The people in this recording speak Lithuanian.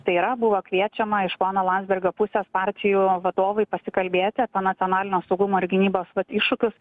tai yra buvo kviečiama iš pono landsbergio pusės partijų vadovai pasikalbėti apie nacionalinio saugumo ir gynybos vat iššūkius